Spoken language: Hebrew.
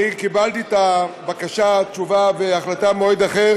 קיבלתי את הבקשה לתשובה והצבעה במועד אחר